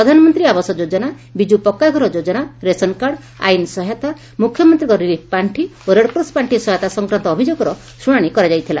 ପ୍ରଧାନମନ୍ତୀ ଆବାସ ଯୋଜନା ବିଜୁ ପକ୍କା ଘର ଯୋଜନା ରେସନ୍ କାର୍ଡ ଆଇନ୍ ସହାୟତା ମୁଖ୍ୟମନ୍ତୀଙ୍କ ରିଲିଫ୍ ପାଖି ଓ ରେଡ୍କ୍ରସ ପାଖି ସହାୟତା ସଂକ୍ରାନ୍ତ ଅଭିଯୋଗର ଶୁଶାଶି କରାଯାଇଥିଲା